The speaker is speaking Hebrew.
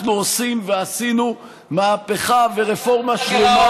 אנחנו עושים ועשינו מהפכה ורפורמה שלמה